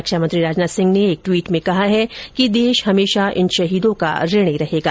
रक्षा मंत्री राजनाथ सिंह ने एक ट्वीट में कहा है कि देश हमेशा इन शहीदों का ऋणी रहेगा